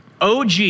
OG